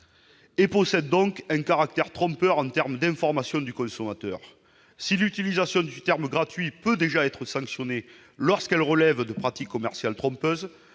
revêt donc un caractère trompeur en termes d'information du consommateur. Si l'utilisation du mot « gratuit » peut déjà être sanctionnée lorsqu'elle relève de pratiques commerciales trompeuses,